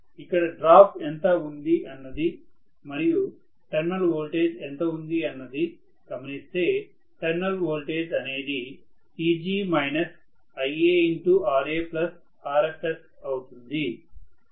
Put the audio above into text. ఇక్కడ డ్రాప్ ఎంత ఉంది అన్నది మరియు టెర్మినల్ వోల్టేజ్ ఎంత ఉంది అన్నది గమనిస్తే టెర్మినల్ వోల్టేజ్ అనేది Eg IaRaRfsఅవుతుంది